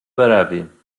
برویم